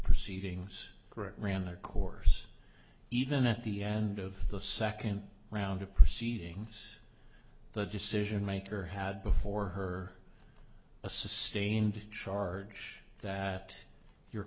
proceedings correct ran their course even at the end of the second round of proceedings the decision maker had before her a sustained charge that your